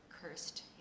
cursed